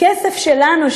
הכסף שלנו,